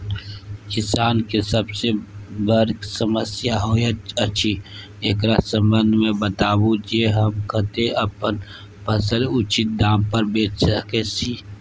किसान के सबसे बर समस्या होयत अछि, एकरा संबंध मे बताबू जे हम कत्ते अपन फसल उचित दाम पर बेच सी?